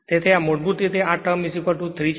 તેથી મૂળભૂત રીતે આ ટર્મ 3 છે